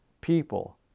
people